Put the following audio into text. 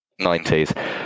90s